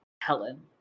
Helen